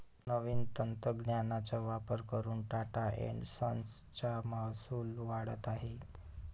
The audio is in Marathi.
नवीन तंत्रज्ञानाचा वापर करून टाटा एन्ड संस चा महसूल वाढत आहे